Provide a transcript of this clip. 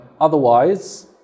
Otherwise